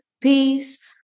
peace